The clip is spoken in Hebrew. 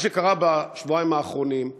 מה שקרה בשבועיים האחרונים,